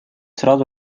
сразу